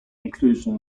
inclusion